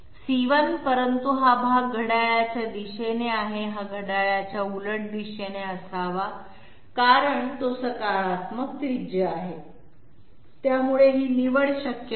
c1 परंतु हा भाग घड्याळाच्या दिशेने आहे हा घड्याळाच्या उलट दिशेने असावा कारण तो सकारात्मक त्रिज्या आहे त्यामुळे ही निवड शक्य नाही